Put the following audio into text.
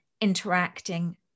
interacting